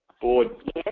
Board